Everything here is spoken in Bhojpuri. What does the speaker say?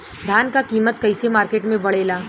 धान क कीमत कईसे मार्केट में बड़ेला?